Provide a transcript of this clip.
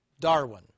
Darwin